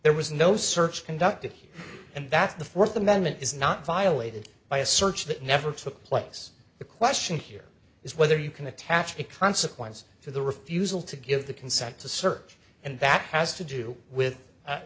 there was no search conducted here and that's the fourth amendment is not violated by a search that never took place the question here is whether you can attach a consequence for the refusal to give the consent to search and that has to do with